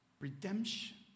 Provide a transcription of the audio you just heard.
Redemption